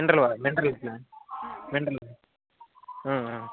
mineral వా mineral mineral